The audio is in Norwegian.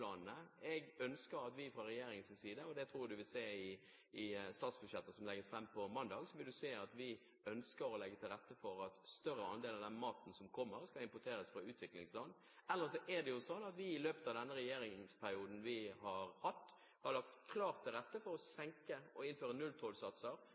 Jeg ønsker at vi fra regjeringens side – og det tror jeg vi vil se i statsbudsjettet som legges fram på mandag – legger til rette for at en større andel av den maten som kommer, skal importeres fra utviklingsland. Ellers er det sånn at vi i løpet av denne regjeringsperioden har lagt klart til rette for å